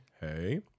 hey